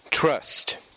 Trust